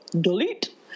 delete